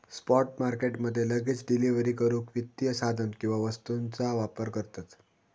spot market मध्ये लगेच delivery करूक वित्तीय साधन किंवा वस्तूंचा व्यापार करतत